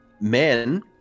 men